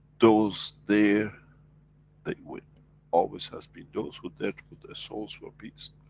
those there they win always has been those, who there to the souls for peace,